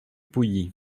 pouilly